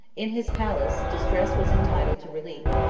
in his palace, distress was entitled to relief,